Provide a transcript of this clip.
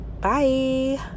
Bye